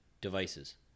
devices